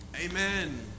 Amen